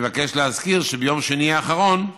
אני מבקש להזכיר שביום שני האחרון,